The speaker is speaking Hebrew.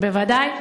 בוודאי.